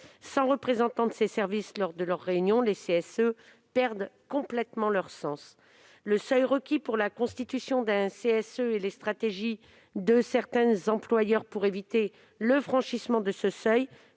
Sans représentant de ces services lors de leur réunion, les CSE perdent complètement leur sens. Le seuil requis pour la constitution d'un CSE et les stratégies de certains employeurs pour éviter le franchissement de ce seuil